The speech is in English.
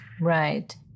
right